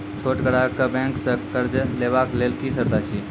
छोट ग्राहक कअ बैंक सऽ कर्ज लेवाक लेल की सर्त अछि?